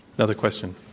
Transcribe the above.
another question,